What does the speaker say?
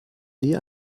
nie